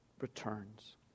returns